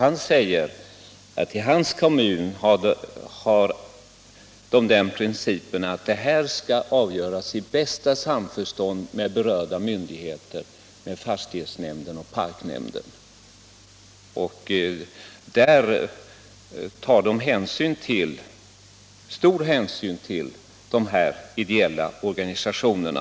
Han sade då att man i hans kommun har den principen att sådana här frågor skall avgöras i bästa samförstånd med berörda myndigheter, dvs. med fastighetsnämnden och parknämnden, och att man därvid tar stor hänsyn till de ideella organisationerna.